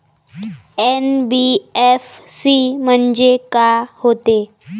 NBFC म्हणजे का होते?